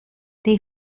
they